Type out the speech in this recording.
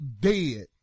dead